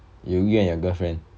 you you and your girlfriend